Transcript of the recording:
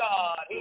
God